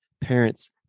parents